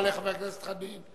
תודה רבה לחבר הכנסת חנין.